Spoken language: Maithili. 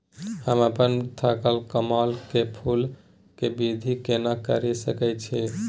हम अपन थलकमल के फूल के वृद्धि केना करिये सकेत छी?